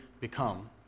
become